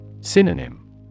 Synonym